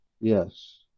yes